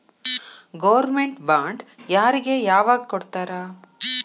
Government bond ಯಾರಿಗೆ ಯಾವಗ್ ಕೊಡ್ತಾರ?